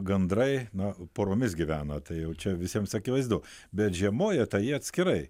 gandrai na poromis gyvena tai jau čia visiems akivaizdu bet žiemoja tai jie atskirai